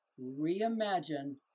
Reimagine